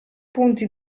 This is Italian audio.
punti